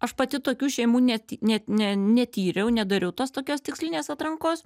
aš pati tokių šeimų net net ne netyriau nedariau tos tokios tikslinės atrankos